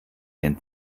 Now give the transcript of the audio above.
den